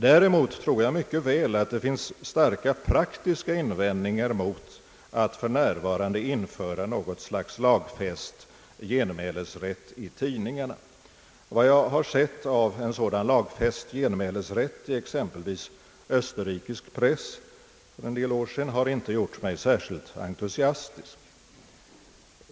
Däremot tror jag mycket väl att det kan finnas starka praktiska invändningar mot att för närvarande införa något slags lagfäst genmälesrätt i tidningarna. Vad jag har sett av en sådan lagfäst genmälesrätt i exempelvis österrikisk press för en del år sedan har inte gjort mig särskilt entusiastisk.